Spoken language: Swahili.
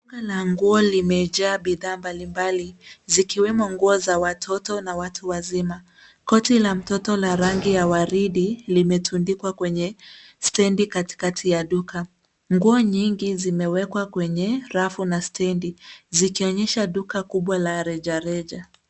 Duka la nguo limejaa bidhaa mbalimbali, zikiwemo nguo za watoto na watu wazima. Koti la mtoto la rangi ya waridi limetundikwa kwenye stendi katikati ya duka. Nguo nyingi zimewekwa kwenye rafu na stendi zikionyesha duka kubwa la rejareja.